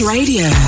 Radio